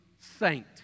saint